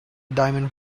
diamond